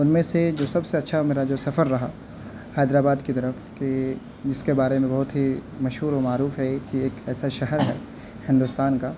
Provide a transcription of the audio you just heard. ان میں سے جو سب سے اچھا میرا جو سفر رہا حیدر آباد کی طرف کہ جس کے بارے میں بہت ہی مشہور و معروف ہے کہ ایک ایسا شہر ہے ہندوستان کا